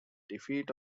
defeat